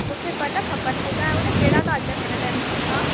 मूंखे फल खपनि ॿुधायो न कहिड़ा था अचनि हिन टाइम सुठा